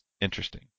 interesting